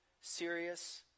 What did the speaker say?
serious